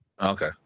Okay